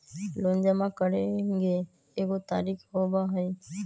Loan जमा करेंगे एगो तारीक होबहई?